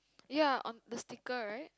ya on the sticker right